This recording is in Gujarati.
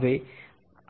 હવે